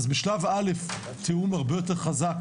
אז בשלב א' תיאום הרבה יותר חזק,